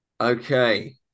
Okay